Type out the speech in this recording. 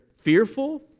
fearful